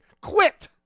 quit